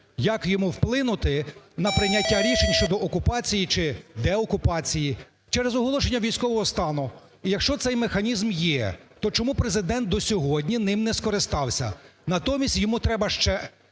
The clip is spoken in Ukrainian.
як йому вплинути на прийняття рішень щодо окупації чи деокупації через оголошення військового стану. І якщо цей механізм є, то чому Президент до сьогодні ним не скористався? Натомість йому треба ще,